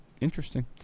Interesting